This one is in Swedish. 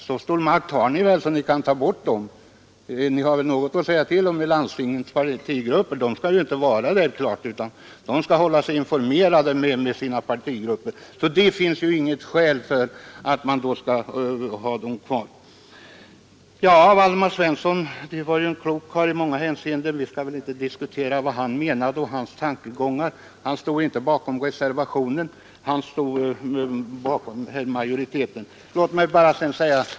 Så stor makt har ni väl att ni i så fall kan ta bort dem; ni har väl någonting att säga till om i landstinget! Waldemar Svensson är i många hänseenden en klok karl, och vi skall väl inte diskutera vad han menade eller analysera hans tankegångar. Han stod inte bakom reservationen utan tillhörde majoriteten.